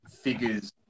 figures